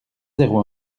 zéro